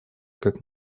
как